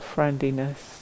Friendliness